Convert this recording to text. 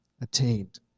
attained